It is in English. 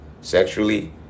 sexually